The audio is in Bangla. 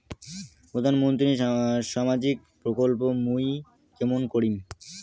প্রধান মন্ত্রীর সামাজিক প্রকল্প মুই কেমন করিম?